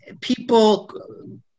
people